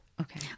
Okay